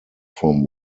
from